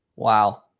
Wow